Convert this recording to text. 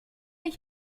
ich